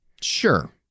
Sure